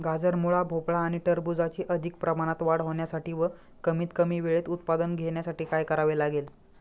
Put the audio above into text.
गाजर, मुळा, भोपळा आणि टरबूजाची अधिक प्रमाणात वाढ होण्यासाठी व कमीत कमी वेळेत उत्पादन घेण्यासाठी काय करावे लागेल?